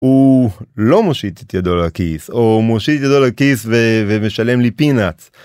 הוא לא מושיט את ידו לכיס או מושיט את ידו לכיס ומשלם לי פינץ.